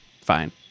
fine